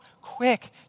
quick